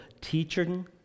teaching